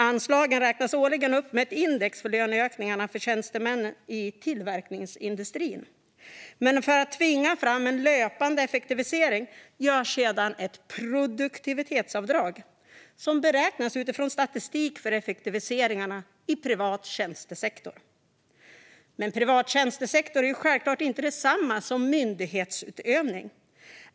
Anslagen räknas årligen upp med ett index för löneökningarna för tjänstemän i tillverkningsindustrin, men för att tvinga fram en löpande effektivisering görs sedan ett produktivitetsavdrag som beräknas utifrån statistik för effektiviseringarna i privat tjänstesektor. Men privat tjänstesektor är självklart inte detsamma som myndighetsutövning.